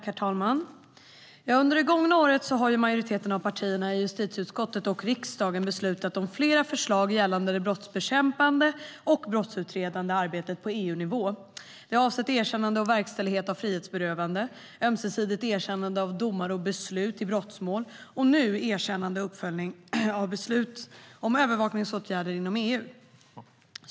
Herr talman! Under det gångna året har majoriteten av partierna i justitieutskottet och riksdagen beslutat om flera förslag gällande det brottsbekämpande och brottsutredande arbetet på EU-nivå. Det har avsett erkännande och verkställighet av frihetsberövande, ömsesidigt erkännande av domar och beslut i brottmål och, nu, erkännande och uppföljning av beslut om övervakningsåtgärder inom EU.